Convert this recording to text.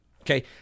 okay